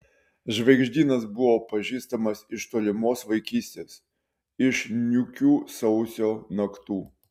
žvaigždynas buvo pažįstamas iš tolimos vaikystės iš niūkių sausio naktų